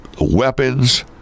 weapons